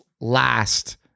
last